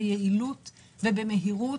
ביעילות, במהירות,